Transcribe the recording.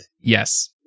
yes